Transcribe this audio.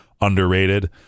underrated